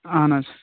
اَہن حظ